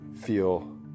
feel